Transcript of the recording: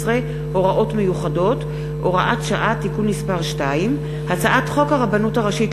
(הוראות מיוחדות) (הוראת שעה) (תיקון מס' 2); הצעת חוק הרבנות הראשית